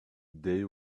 they